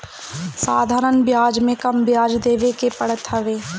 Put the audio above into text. साधारण बियाज में कम बियाज देवे के पड़त हवे